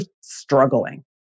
struggling